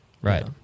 Right